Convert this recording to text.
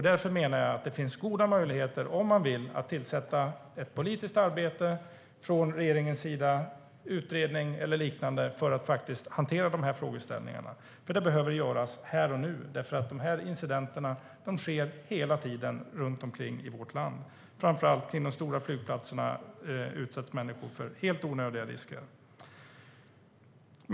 Därför menar jag att det finns goda möjligheter, om man vill, att tillsätta en utredning eller göra liknande politiskt arbete från regeringens sida för att hantera de här frågeställningarna, vilket behöver göras här och nu. De här incidenterna sker hela tiden runt omkring i vårt land. Framför allt kring de stora flygplatserna utsätts människor för helt onödiga risker.